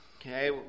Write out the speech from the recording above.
Okay